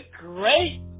great